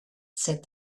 said